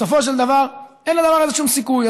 בסופו של דבר אין לדבר הזה שום סיכוי.